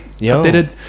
updated